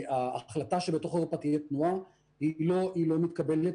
ההחלטה שבתוך אירופה תהיה תנועה לא מתקבלת.